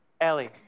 Ellie